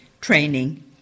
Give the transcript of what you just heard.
training